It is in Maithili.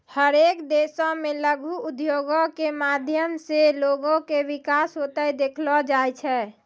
हरेक देशो मे लघु उद्योगो के माध्यम से लोगो के विकास होते देखलो जाय छै